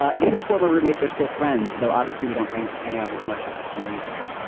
ah these former roommates are still friends, though. obviously we don't hang hang out as much as we used to.